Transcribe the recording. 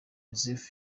joseph